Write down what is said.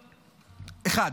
אחד.